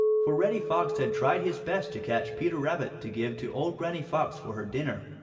for reddy fox had tried his best to catch peter rabbit to give to old granny fox for her dinner,